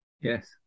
Yes